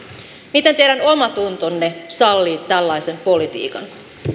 miten teidän omatuntonne sallii tällaisen politiikan